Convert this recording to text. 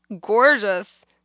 gorgeous